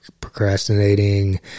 procrastinating